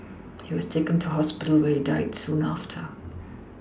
he was taken to hospital where he died soon after